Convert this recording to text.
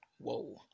Whoa